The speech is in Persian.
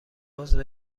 عضو